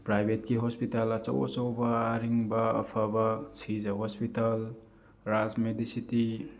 ꯄ꯭ꯔꯥꯏꯕꯦꯠꯀꯤ ꯍꯣꯁꯄꯤꯇꯥꯜ ꯑꯆꯧ ꯑꯆꯧꯕ ꯑꯔꯤꯡꯕ ꯑꯐꯕ ꯁꯤꯖꯥ ꯍꯣꯁꯄꯤꯇꯥꯜ ꯔꯥꯖ ꯃꯦꯗꯤꯁꯤꯇꯤ